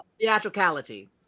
Theatricality